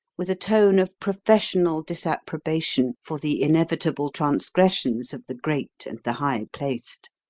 with a tone of professional disapprobation for the inevitable transgressions of the great and the high-placed.